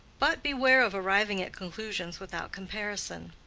but beware of arriving at conclusions without comparison.